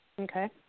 Okay